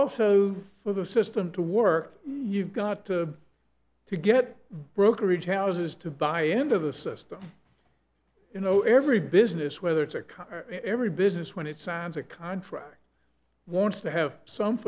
also for the system to work you've got to to get brokerage houses to buy and of the system you know every business whether it's a car every business when it sounds a contract wants to have some